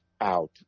out